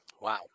Wow